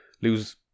lose